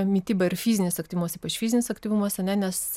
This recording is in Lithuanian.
mityba ir fizinis aktyvumas ypač fizinis aktyvumas ar ne nes